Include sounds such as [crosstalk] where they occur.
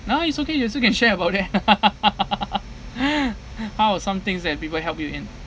no it's okay you also can share about that [laughs] how are some things that people help you in